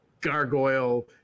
gargoyle